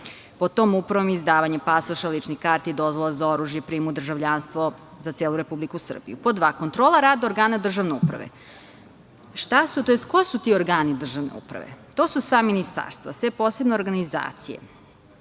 pod tom upravom je izdavanje pasoša, ličnih karti, dozvola za oružje, prijem u državljanstvo za celu Republiku Srbiju. Pod dva, kontrola rada organa državne uprave. Šta su tj. ko su ti organi državne uprave? To su sva ministarstva, sve posebne organizacije.